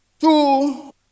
two